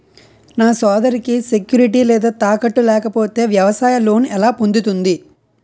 నా సోదరికి సెక్యూరిటీ లేదా తాకట్టు లేకపోతే వ్యవసాయ లోన్ ఎలా పొందుతుంది?